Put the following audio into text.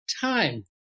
time